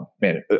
man